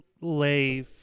lay